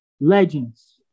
Legends